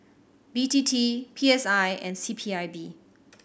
B T T P S I and C P I B